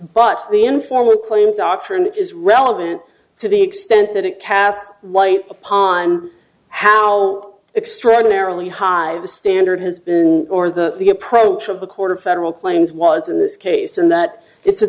but the informant claims doctrine is relevant to the extent that it casts light upon how extraordinarily high the standard has been or the the approach of the court of federal claims was in this case and that it's a